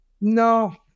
No